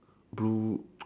blue